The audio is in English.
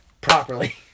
properly